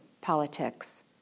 politics